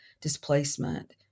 displacement